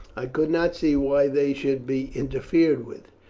i could not see why they should be interfered with.